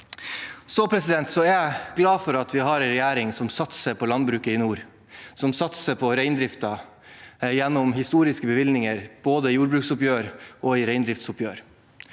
er jeg glad for at vi har en regjering som satser på landbruket i nord, og som satser på reindriften, gjennom historiske bevilgninger både i jordbruksoppgjøret og i reindriftsoppgjøret.